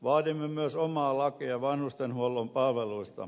vaadimme myös omaa lakia vanhustenhuollon palveluista